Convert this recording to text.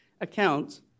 accounts